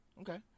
Okay